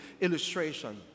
illustration